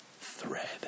thread